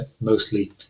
mostly